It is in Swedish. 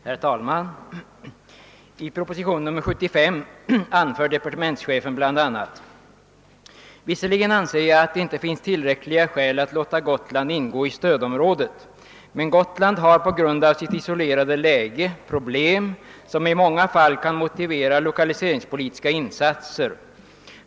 Herr talman! I propositionen 75 anför departementschefen bl.a.: »Visserligen anser jag att det inte finns tillräckliga skäl att låta Gotland ingå i stödområdet. Men Gotland har på grund av sitt isolerade läge problem som i många fall kan motivera lokaliseringspolitiska insatser.